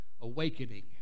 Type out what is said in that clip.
awakening